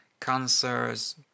cancers